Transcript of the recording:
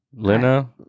Lena